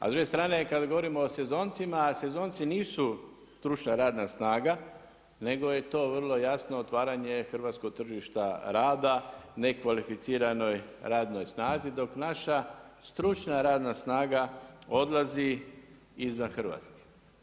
A s druge strane kada govorimo o sezoncima a sezonci nisu stručna radna snaga nego je to vrlo jasno otvaranje hrvatskog tržišta rada nekvalificiranoj radnoj snazi dok naša stručna radna snaga odlazi izvan Hrvatske.